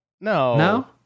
No